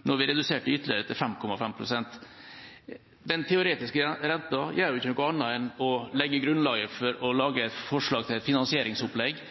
Nå har vi redusert den ytterligere til 5,5 pst. Den teoretiske renta gjør ikke noe annet enn å legge grunnlaget for å lage et forslag til et finansieringsopplegg